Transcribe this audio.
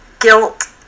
guilt